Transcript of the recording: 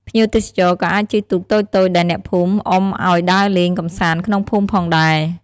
ភ្ញៀវទេសចរណ៍ក៏អាចជិះទូកតូចៗដែលអ្នកភូមិអុំឲ្យដើរលេងកម្សាន្តក្នុងភូមិផងដែរ។